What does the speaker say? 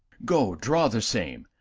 go, draw the same,